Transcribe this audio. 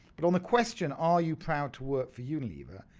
but on the question are you proud to work for unilever,